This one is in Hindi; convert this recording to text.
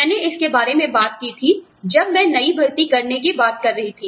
मैंने इसके बारे में बात की थी जब मैं नई भर्ती करने की बात कर रही थी